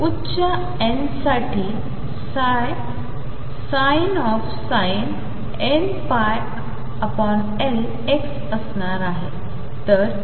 उच्च n साठी □sin nπL x